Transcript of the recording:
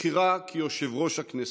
לבחירה ליושב-ראש הכנסת.